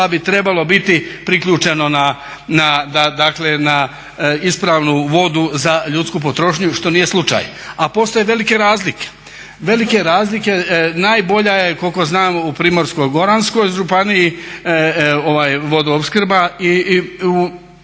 bi trebalo biti priključeno na ispravnu vodu za ljudsku potrošnju što nije slučaj. A postoje velike razlike, velike razlike. Najbolja je koliko znam u Primorsko-goranskoj županiji vodoopskrba i u